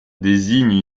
désigne